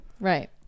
Right